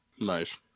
Nice